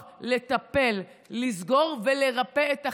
לטפל, לסגור ולרפא את החברה.